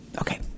Okay